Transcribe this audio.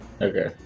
Okay